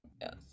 yes